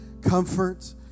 comfort